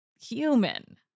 human